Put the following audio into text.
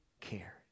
care